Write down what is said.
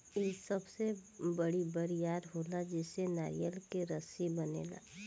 इ सबसे बड़ी बरियार होला जेसे नारियर के रसरी बनेला